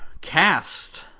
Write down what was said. cast